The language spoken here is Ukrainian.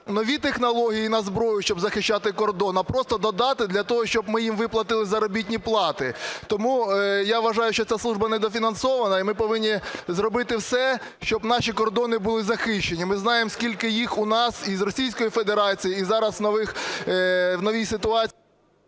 нові технології і на зброю, щоб захищати кордон, а просто додати для того, щоб ми їм виплатили заробітні плати. Тому, я вважаю, що ця служба недофінансована, і ми повинні зробити все, щоб наші кордони були захищені. Ми знаємо, скільки їх у нас і з Російською Федерацією, і зараз нових в новій ситуації…